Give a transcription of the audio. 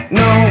no